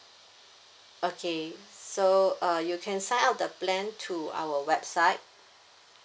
okay so uh you can sign up the plan through our website